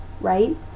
right